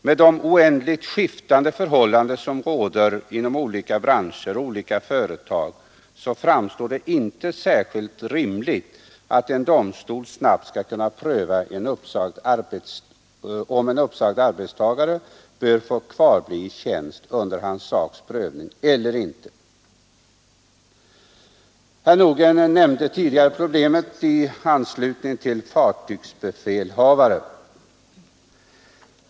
Med de oändligt skiftande förhållanden som råder inom olika branscher och olika företag framstår det inte som särskilt rimligt att en domstol snabbt skall kunna pröva om en uppsagd arbetstagare bör få kvarbli i tjänst under sin saks prövning. Herr Nordgren nämnde tidigare problemet när det gäller fartygsbefälhavare.